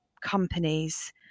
companies